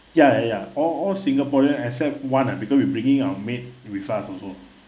ya ya ya all all singaporean except one uh because we bringing our maid with us also